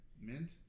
mint